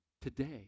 today